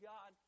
God